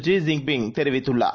ஜிஜின்பிங்தெரிவித்துள்ளார்